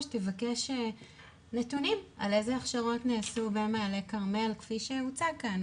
תבקש נתונים על איזה הכשרות נעשו במעלה כרמל כפי שהוצג כאן,